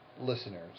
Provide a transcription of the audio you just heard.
listeners